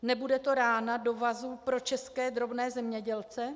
Nebude to rána do vazu pro české drobné zemědělce?